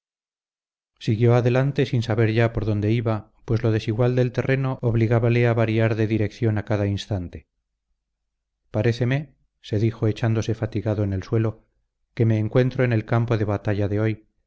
siguió adelante sin saber ya por dónde iba pues lo desigual del terreno obligábale a variar de dirección a cada instante paréceme se dijo echándose fatigado en el suelo que me encuentro en el campo de batalla de hoy